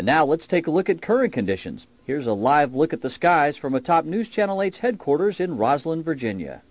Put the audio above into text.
and now let's take a look at current conditions here's a live look at the skies from a top news channel eight headquarters in roslyn virginia